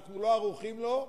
אנחנו לא ערוכים לו,